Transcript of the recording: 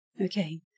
okay